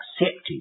accepted